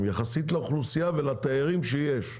יחסית לאוכלוסייה ולתיירים שיש,